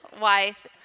wife